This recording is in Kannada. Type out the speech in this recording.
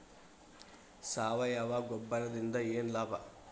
ಸಾವಯವ ಗೊಬ್ಬರದಿಂದ ಏನ್ ಲಾಭ?